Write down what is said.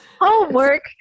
Homework